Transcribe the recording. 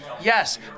yes